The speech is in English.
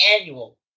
annual